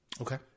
Okay